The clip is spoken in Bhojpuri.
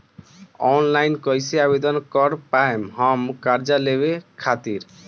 ऑनलाइन कइसे आवेदन कर पाएम हम कर्जा लेवे खातिर?